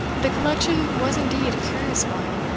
the collection was indeed a curious one,